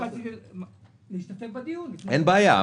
אין בעיה.